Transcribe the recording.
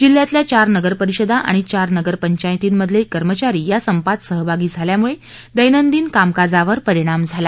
जिल्ह्यातल्या चार नगरपरिषदा आणि चार नगरपंचायतींमधले कर्मचारी संपात सहभागी झाल्यामुळे दैनंदिन कामकाजावर परिणाम झाला